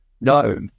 no